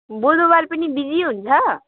बुधवार पनि बिजी हुन्छ